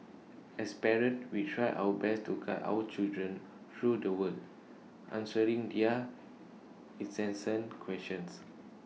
as parents we try our best to guide our children through the world answering their incessant questions